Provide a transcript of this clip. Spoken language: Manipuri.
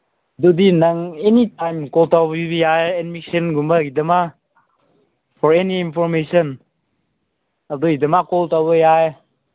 ꯑꯗꯨꯗꯤ ꯅꯪ ꯑꯦꯅꯤ ꯇꯥꯏꯝ ꯀꯣꯜ ꯇꯧꯕꯤꯕ ꯌꯥꯏ ꯑꯦꯗꯃꯤꯁꯟꯒꯨꯝꯕꯩꯗꯃꯛ ꯍꯣꯔꯦꯟ ꯏꯟꯐꯣꯔꯃꯦꯁꯟ ꯑꯗꯨꯏꯗꯃꯛ ꯀꯣꯜ ꯇꯧꯕ ꯌꯥꯏ